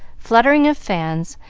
fluttering of fans,